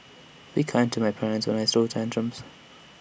be kind to my parents when I throw tantrums